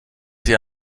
sie